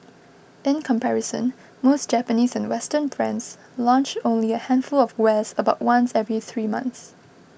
in comparison most Japanese and Western brands launch only a handful of wares about once every three months